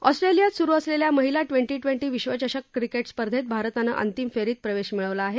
ऑस्ट्रेलियात सुरू असलेल्या महिला ट्वेंटी ट्वेंटी विक्षचषक क्रिकेट स्पर्धेत भारतानं अंतिम फेरीत प्रवेश मिळवला आहे